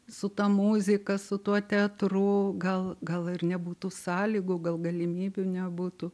su ta muzika su tuo teatru gal gal ir nebūtų sąlygų gal galimybių nebūtų